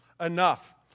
Enough